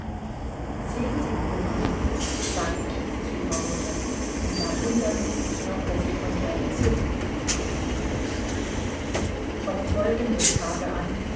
sehen sie wohl mama sagte kitty zu ihrer mutter und da wundern sie sich noch daß ich von ihr entzückt bin vom folgenden tage an